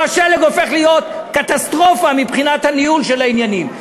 פה השלג הופך להיות קטסטרופה מבחינת הניהול של העניינים.